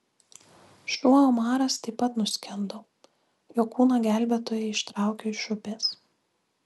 šuo omaras taip pat nuskendo jo kūną gelbėtojai ištraukė iš upės